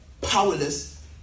powerless